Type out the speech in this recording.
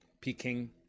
Peking